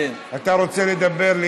אתה רוצה לדבר?